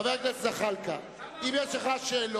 חבר הכנסת זחאלקה, אם יש לך שאלות,